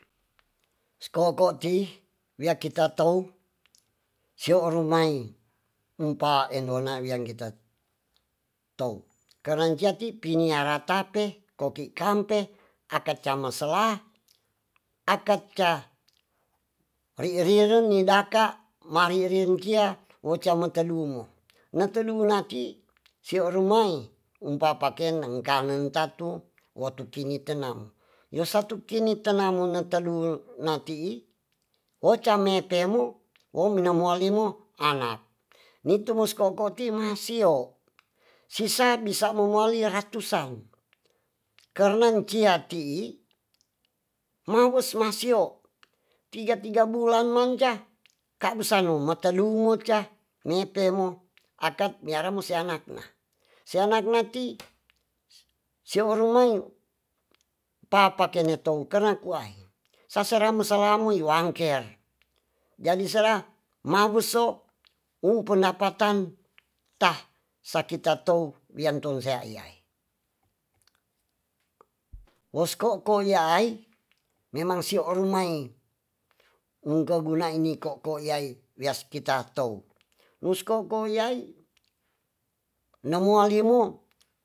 Si ko'ko' ti wiakitatou sia oru mai mpa endona wiangkita tou karanciati pinatara pe koki kante akacama sela akadka ri'riren nidaka maririnkia wocemetedunge netedungu nati sia rumel ingpapakeng nengkaneg tatu wotukinitenau nitadu nati'i wocamepemu wo minoalimo anak nitu moskote masio sisa bisa momoali ratusan karna nciati'i mawes masio tiga tiga bulan manjah kakusanu matadumu mucah mepe mo akad miaramo seanakna seanakna ti seorumai papakenetou kerna kuai saseramusaramu i wangker jadisara mabuso umpenapatan tah sakitatou wiantonsea iai wosko koyaay memang sio orumai mungkaguna ini ngko'ko iyai wiaskitatou muskokoyai nomualimu.